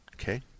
Okay